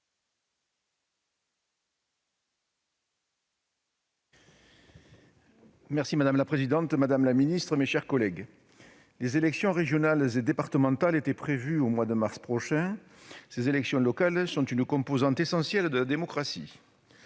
Marc. Madame la présidente, madame la ministre, mes chers collègues, les élections régionales et départementales étaient prévues au mois de mars prochain. Ces élections locales sont une composante essentielle de la démocratie.